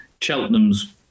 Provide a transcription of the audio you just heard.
Cheltenham's